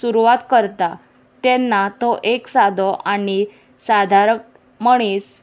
सुरवात करता तेन्ना तो एक सादो आनी सादारक मनीस